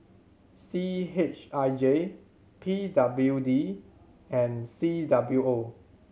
C H I J P W D and C W O